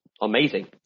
amazing